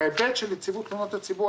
בהיבט של נציבות תלונות הציבור,